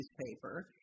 newspaper